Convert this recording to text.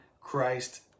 Christ